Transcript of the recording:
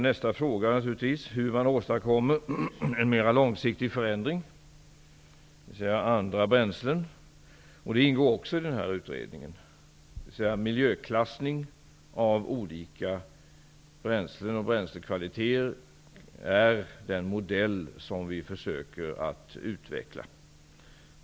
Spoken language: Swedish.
Nästa fråga är naturligtvis hur man åstadkommer en mera långsiktig förändring, dvs. andra bränslen. Även det ingår i den här utredningen. Miljöklassning av olika bränslen och bränslekvaliteter är den modell som vi försöker utveckla.